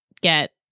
get